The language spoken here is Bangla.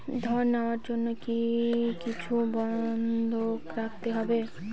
ঋণ নেওয়ার জন্য কি কিছু বন্ধক রাখতে হবে?